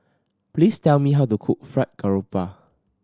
please tell me how to cook Fried Garoupa